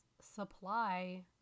supply